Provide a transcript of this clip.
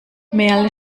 merle